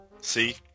See